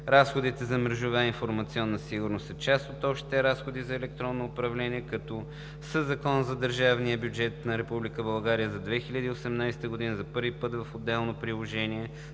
Разходите за мрежовата и информационната сигурност са част от общите разходи за електронно управление, като със Закона за държавния бюджет на Република България за 2018 г. за първи път в отделно приложение